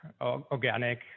organic